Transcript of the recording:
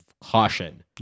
caution